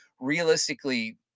realistically